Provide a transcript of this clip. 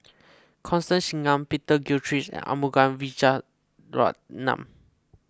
Constance Singam Peter Gilchrist and Arumugam Vijiaratnam